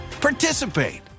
participate